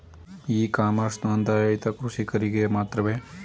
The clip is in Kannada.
ಇ ಕಾಮರ್ಸ್ ನೊಂದಾಯಿತ ಕೃಷಿಕರಿಗೆ ಮಾತ್ರವೇ?